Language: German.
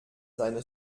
seine